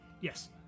yes